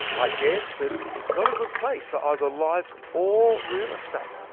i guess that it's not a good place for either life, or real estate.